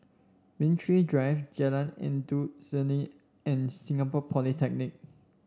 Rain Tree Drive Jalan Endut Senin and Singapore Polytechnic